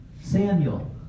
Samuel